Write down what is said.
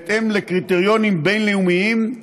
בהתאם לקריטריונים בין-לאומיים,